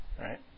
right